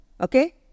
Okay